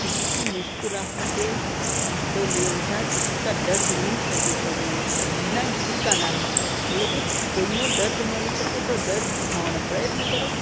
કિસી કી મુસ્કરાહટે તો લે ઉઠા કિસીકા દર્દ મિલ શકે તો લે ઉઠા જીના ઇસીકા નામ હૈ એટલે કે કોઈનો દર્દ મળી શકે તો દર્દ ઊઠાવાનો પ્રયત્ન કરો